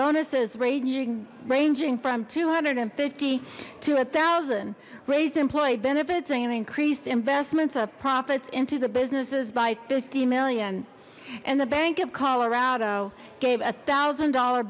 bonuses ranging ranging from two hundred and fifty to a thousand raised employee benefits and increased investments of profits into the businesses by fifty million and the bank of colorado gave one thousand dollar